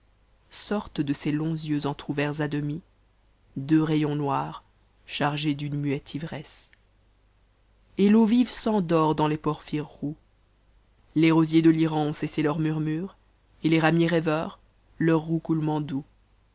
sortent de ses longs yeux entr'ouvcrts a dcmt deux rayons noirs charges d'une muette ivresse et fcam vive s'endort dans les porphyres roux les rosiers de t'irant ont cessé leurs murmures et les ramiers rêveurs teurs roucoulements doux